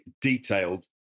detailed